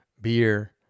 beer